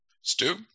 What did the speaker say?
Stu